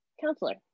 counselor